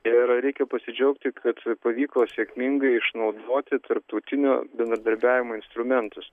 ir reikia pasidžiaugti kad pavyko sėkmingai išnaudoti tarptautinio bendradarbiavimo instrumentus